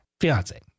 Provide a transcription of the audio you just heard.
fiance